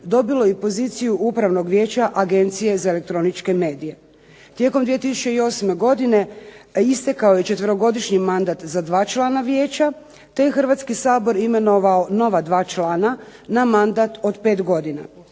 dobilo i poziciju Upravnog vijeća Agencije za elektroničke medije. Tijekom 2008. godine istekao je četverogodišnji mandat za dva člana vijeća, te je Hrvatski sabor imenovao nova dva člana na mandat od pet godina.